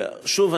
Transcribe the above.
שוב,